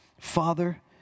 father